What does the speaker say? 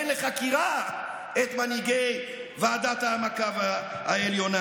לחקירה את מנהיגי ועדת המעקב העליונה,